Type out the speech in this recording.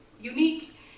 unique